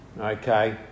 Okay